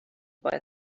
boy